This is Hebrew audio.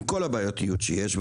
עם כל הבעייתיות שיש בה,